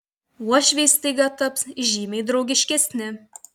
uošviai staiga taps žymiai draugiškesni